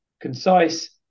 concise